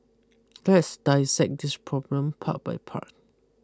let's dissect this problem part by part